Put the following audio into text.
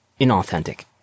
inauthentic